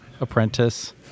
apprentice